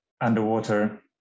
underwater